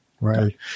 right